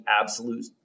absolute